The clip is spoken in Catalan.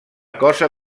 cosa